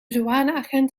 douaneagent